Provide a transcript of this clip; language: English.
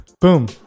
Boom